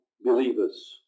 believers